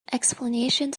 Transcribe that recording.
explanations